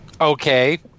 Okay